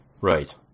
Right